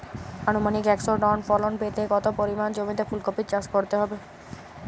আনুমানিক একশো টন ফলন পেতে কত পরিমাণ জমিতে ফুলকপির চাষ করতে হবে?